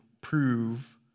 prove